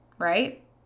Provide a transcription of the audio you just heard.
Right